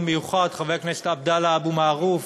מיוחד: חבר הכנסת עבדאללה אבו מערוף,